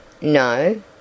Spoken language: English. No